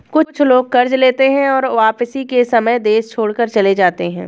कुछ लोग कर्ज लेते हैं और वापसी के समय देश छोड़कर चले जाते हैं